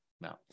now